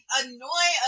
annoy